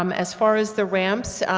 um as far as the ramps,